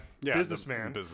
businessman